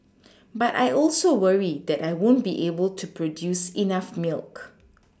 but I also worry that I won't be able to produce enough milk